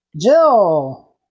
Jill